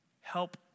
Help